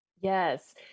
Yes